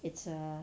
it's err